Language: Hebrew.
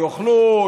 יאכלו,